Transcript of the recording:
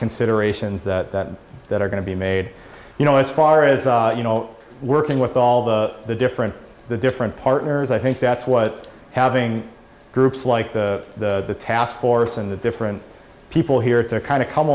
considerations that that are going to be made you know as far as you know working with all the the different the different partners i think that's what having groups like the task force and the different people here to kind of come